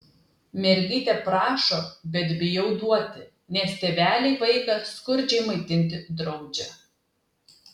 mergytė prašo bet bijau duoti nes tėveliai vaiką skurdžiai maitinti draudžia